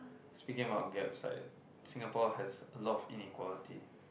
speaking about gaps like Singapore has a lot of inequality